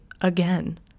again